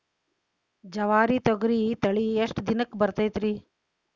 ಜವಾರಿ ತೊಗರಿ ತಳಿ ಎಷ್ಟ ದಿನಕ್ಕ ಬರತೈತ್ರಿ?